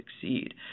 succeed